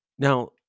Now